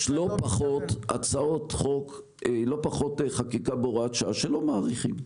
יש לא פחות הצעות חוק ולא פחות חקיקה בהוראת שעה שלא מאריכים.